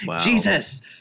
Jesus